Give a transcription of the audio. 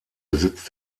besitz